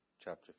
chapter